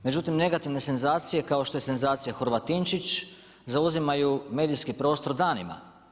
Međutim, negativne senzacije, kao što je senzacija Horvatinčić, zauzimaju medijski prostor danima.